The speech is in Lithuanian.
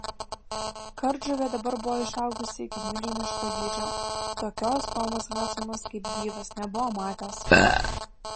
kardžuvė dabar buvo išaugus iki milžiniško dydžio tokios tomas hadsonas kaip gyvas nebuvo matęs